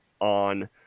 on